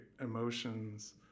emotions